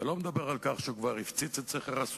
אני לא מדבר על כך שהוא כבר הפציץ את סכר-אסואן